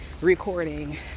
recording